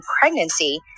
pregnancy